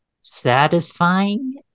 satisfying